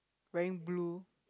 wearing blue